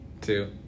two